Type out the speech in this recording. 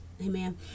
Amen